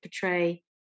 portray